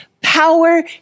power